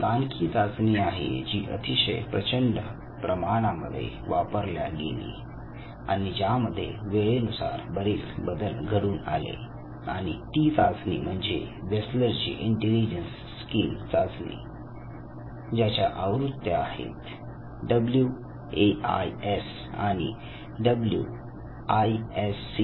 एक आणखी चाचणी आहे जी अतिशय प्रचंड प्रमाणामध्ये वापरल्या गेली आणि ज्यामध्ये वेळेनुसार बरेच बदल घडून आले आणि ती चाचणी म्हणजे वेसलर ची इंटेलिजन्स स्किल चाचणी ज्याच्या आवृत्या आहेत डब्ल्यू ए आय एस आणि डब्ल्यू आय एस सी